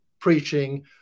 preaching